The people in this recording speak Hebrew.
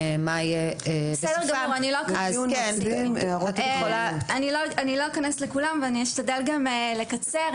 בסדר, אני לא אכנס לכולן ואני אשתדל לקצר.